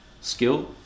skill